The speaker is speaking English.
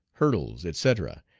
hurdles, etc,